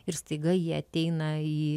ir staiga jie ateina į